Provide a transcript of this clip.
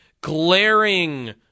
glaring